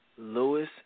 Lewis